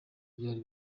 byari